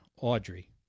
Audrey